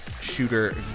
shooter